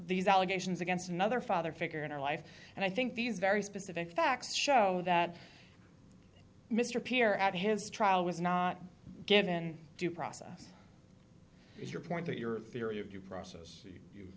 these allegations against another father figure in her life and i think these very specific facts show that mr peer at his trial was not given due process is your point that your theory of due process